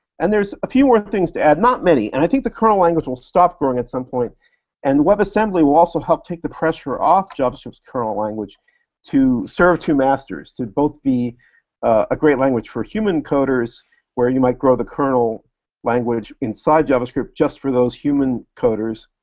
and there's a few more things to add, not many, and i think the kernel language will stop growing at some point and webassembly will also help take the pressure off javascript's kernel language to serve two masters, to both be a great language for human coders where you might grow the kernel language inside javascript just for those human coders,